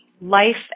life